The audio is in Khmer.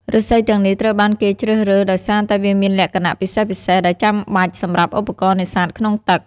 ឫស្សីទាំងនេះត្រូវបានគេជ្រើសរើសដោយសារតែវាមានលក្ខណៈពិសេសៗដែលចាំបាច់សម្រាប់ឧបករណ៍នេសាទក្នុងទឹក។